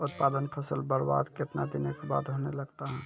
उत्पादन फसल बबार्द कितने दिनों के बाद होने लगता हैं?